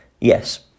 Yes